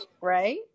Right